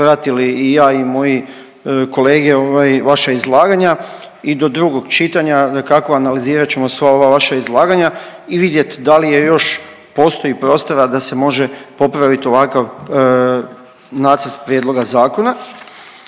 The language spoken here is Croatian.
smo pratili i ja i moji kolege vaša izlaganja i do drugog čitanja dakako analizirat ćemo sva ova vaša izlaganja i vidjet da li još postoji prostora da se može popraviti ovakav nacrt prijedloga zakona.